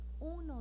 uno